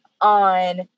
on